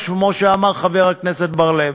כמו שאמר חבר הכנסת בר-לב,